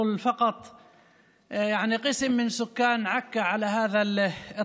תרגומם: ברצוננו לברך את בני עמנו בעיר עכו על ההישג הגדול הזה,